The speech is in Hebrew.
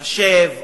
מחשב,